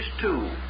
two